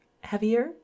heavier